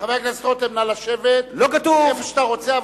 חבר הכנסת רותם, נא לשבת איפה שאתה רוצה.